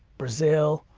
brazil.